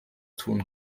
tun